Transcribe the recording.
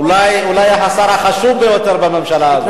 אולי השר החשוב ביותר בממשלה הזאת.